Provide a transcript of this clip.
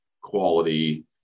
quality